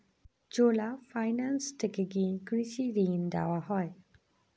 চোলা finance থেকে কি কৃষি ঋণ দেওয়া হয়?